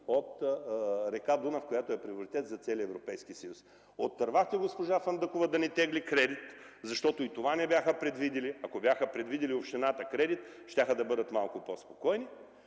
за река Дунав, която е приоритет за целия Европейския съюз. Отървахте госпожа Фандъкова да не тегли кредит, защото и това не бяха предвидили. Ако бяха предвидили кредит от общината, щяха да бъдат малко по-спокойни.